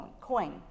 coin